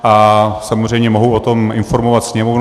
A samozřejmě mohu o tom informovat Sněmovnu.